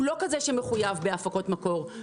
הוא לא כזה שמחויב להפקות מקור,